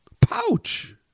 pouch